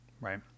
right